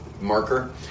marker